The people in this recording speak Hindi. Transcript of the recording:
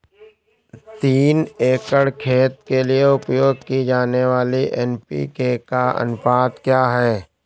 तीन एकड़ खेत के लिए उपयोग की जाने वाली एन.पी.के का अनुपात क्या है?